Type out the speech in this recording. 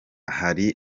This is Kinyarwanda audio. hari